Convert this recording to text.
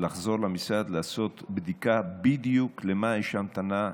לחזור למשרד ולעשות בדיקה בדיוק למה יש המתנה.